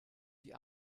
die